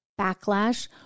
backlash –